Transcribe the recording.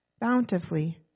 bountifully